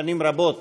ששנים רבות